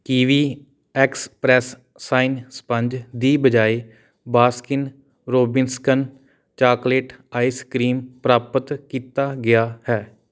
kiwi express sign sponge ਦੀ ਬਜਾਏ Baskin Robbins chocolate ice cream ਪ੍ਰਾਪਤ ਕੀਤਾ ਗਿਆ ਹੈ